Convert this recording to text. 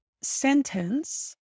sentence